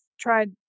tried